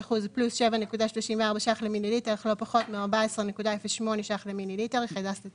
243% + 7.34 למכירה קמעונאית₪ למ"ל אל"פ מ-14.08 המכילה נוזל₪